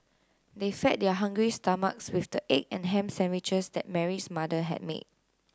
they fed their hungry stomachs with the egg and ham sandwiches that Mary's mother had made